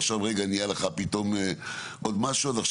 עכשיו רגע נהיה לך פתאום עוד משהו עד עכשיו